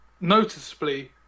noticeably